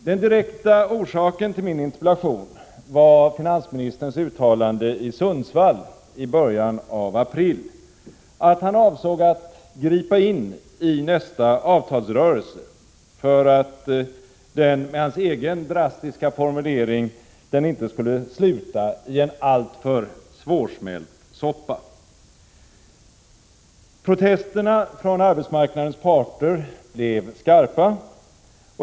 Den direkta orsaken till min interpellation var finansministerns uttalande i Sundsvall i början av april att han avsåg att gripa in i nästa avtalsrörelse för att den, med hans egen drastiska formulering, inte skulle sluta i en alltför svårsmält soppa. Protesterna från arbetsmarknadens parter blev skarpa.